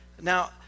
Now